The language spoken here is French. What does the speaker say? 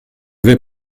vais